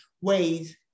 ways